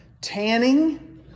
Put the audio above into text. Tanning